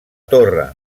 torre